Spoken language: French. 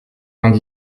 vingt